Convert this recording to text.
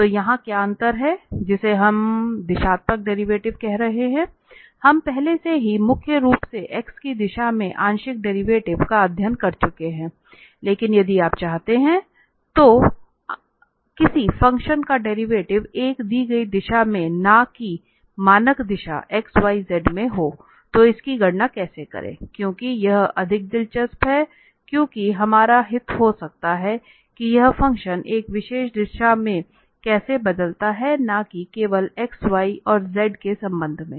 तो यहां क्या अंतर है जिसे हम दिशात्मक डेरिवेटिव कह रहे हैं हम पहले से ही मुख्य रूप से x की दिशा में आंशिक डेरिवेटिव का अध्ययन कर चुके हैं लेकिन यदि आप चाहते हैं तो यदि आप चाहते हैं कि किसी फ़ंक्शन का डेरिवेटिव एक दी गई दिशा में न कि मानक दिशा x y z में हो तो इसकी गणना कैसे करें क्योंकि यह अधिक दिलचस्प है क्योंकि हमारा हित हो सकता है कि यह फंक्शन एक विशेष दिशा में कैसे बदलता है न कि केवल x y और z के संबंध में